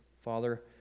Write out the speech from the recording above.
Father